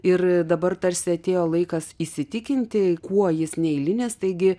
ir dabar tarsi atėjo laikas įsitikinti kuo jis neeilinis taigi